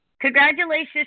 Congratulations